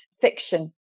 fiction